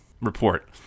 report